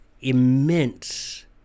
immense